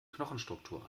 knochenstruktur